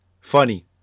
Funny